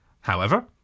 However